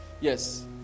Yes